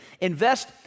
Invest